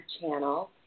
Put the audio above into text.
channel